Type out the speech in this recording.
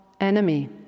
enemy